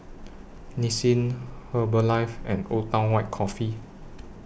Nissin Herbalife and Old Town White Coffee